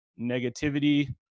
negativity